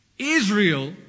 Israel